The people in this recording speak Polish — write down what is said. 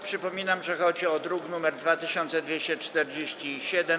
Przypominam, że chodzi o druk nr 2247.